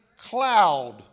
cloud